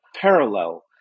parallel